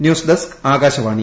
news desk Akashvani